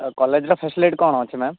କଲେଜ୍ର ଫେସିଲିଟି କ'ଣ ଅଛି ମ୍ୟାମ୍